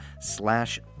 slash